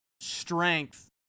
strength –